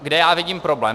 Kde já vidím problém: